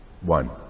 one